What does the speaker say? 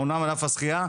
אמנם מענף השחייה,